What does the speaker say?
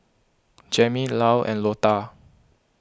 Jammie Lyle and Lotta